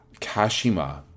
Kashima